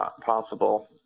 possible